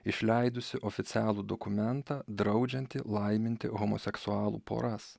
išleidusi oficialų dokumentą draudžiantį laiminti homoseksualų poras